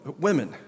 women